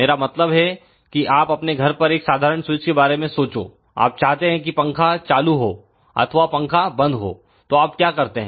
मेरा मतलब है कि आप अपने घर पर एक साधारण स्विच के बारे में सोचो आप चाहते हैं कि पंखा चालू हो अथवा पंखा बंद हो तो आप क्या करते हैं